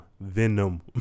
Venom